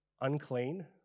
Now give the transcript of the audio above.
unclean